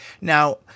Now